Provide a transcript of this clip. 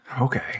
Okay